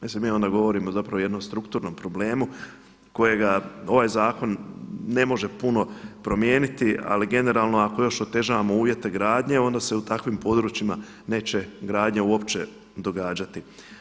Mislim mi onda govorimo o jednom strukturnom problemu kojega ovaj zakon ne može puno promijeniti, ali generalno ako još otežavamo uvjete gradnje onda se u takvim područjima neće gradnja uopće događati.